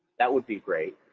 that would be great.